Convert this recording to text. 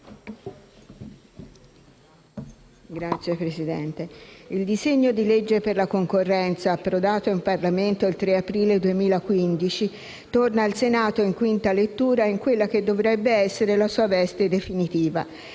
il disegno di legge per la concorrenza, approdato in Parlamento il 3 aprile 2015, torna al Senato, in quinta lettura, in quella che dovrebbe essere la sua veste definitiva.